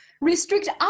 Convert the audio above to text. restrict